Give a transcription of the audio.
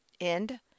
End